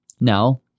Now